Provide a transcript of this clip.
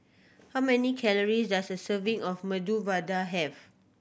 how many calories does a serving of Medu Vada have